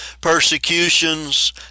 persecutions